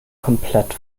komplett